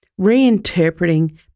reinterpreting